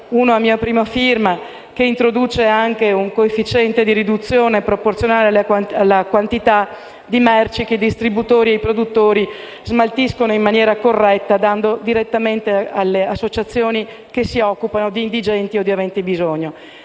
uno a mia prima firma - che introducono un coefficiente di riduzione proporzionale alla quantità di merci che distributori e produttori smaltiscono in maniera corretta, dandola direttamente alle associazioni che si occupano di indigenti o di aventi bisogno;